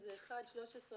שזה 1,13,